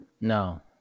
No